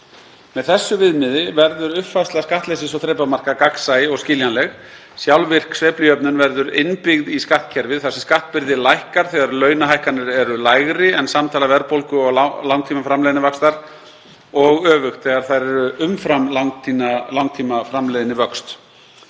Með þessu viðmiði verður uppfærsla skattleysis- og þrepamarka gagnsæ og skiljanleg. Sjálfvirk sveiflujöfnun verður innbyggð í skattkerfið þar sem skattbyrðin lækkar þegar launahækkanir eru lægri en samtala verðbólgu og langtímaframleiðnivaxtar og öfugt, þegar þær eru umfram langtímaframleiðnivöxt.